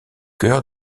cœur